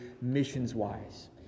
missions-wise